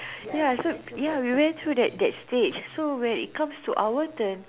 ya so ya we went through that that stage so when it comes to our turn